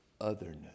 otherness